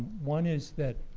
one is that